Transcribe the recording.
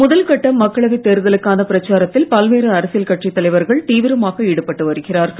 முதல் கட்ட மக்களவைத் தேர்தலுக்கான பிரச்சாரத்தில் பல்வேறு அரசியல் கட்சித் தலைவர்கள் தீவிரமாக ஈடுபட்டு வருகிறார்கள்